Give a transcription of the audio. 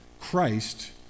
Christ